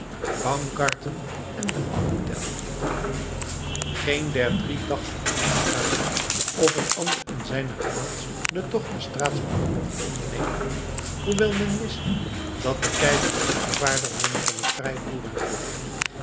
baumgarten en de oude tell geen der drie dacht er aan te vragen of een ander in zijne plaats den tocht naar straatsburg mocht ondernemen hoewel men wist dat de keizer de afgevaardigden van het